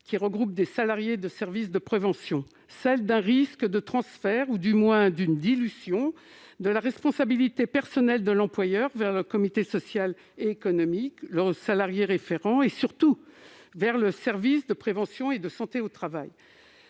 qui regroupe des salariés des services de prévention, d'un risque de transfert ou, du moins, d'une dilution de la responsabilité personnelle de l'employeur, qui serait transférée vers le comité social et économique, le salarié référent et, surtout, le service de prévention et de santé au travail.